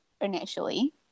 initially